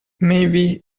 maybe